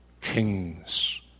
kings